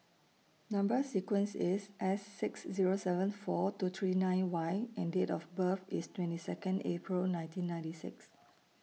Number sequence IS S six Zero seven four two three nine Y and Date of birth IS twenty Second April nineteen ninety six